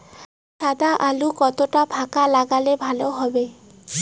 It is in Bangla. সাদা আলু কতটা ফাকা লাগলে ভালো হবে?